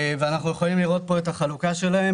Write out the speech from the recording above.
לראות בשקף את החלוקה שלהם.